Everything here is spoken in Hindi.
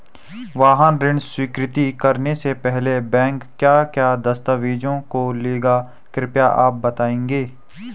वाहन ऋण स्वीकृति करने से पहले बैंक क्या क्या दस्तावेज़ों को लेगा कृपया आप बताएँगे?